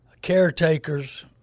caretakers